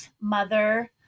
mother